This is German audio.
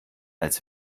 als